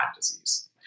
disease